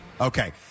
Okay